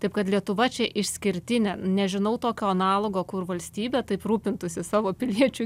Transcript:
taip kad lietuva čia išskirtinė nežinau tokio analogo kur valstybė taip rūpintųsi savo piliečių